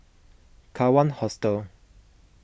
Kawan Hostel